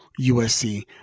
USC